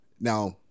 Now